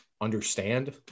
understand